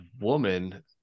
woman